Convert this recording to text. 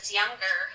younger